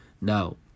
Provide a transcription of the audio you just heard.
now